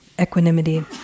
equanimity